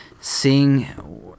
seeing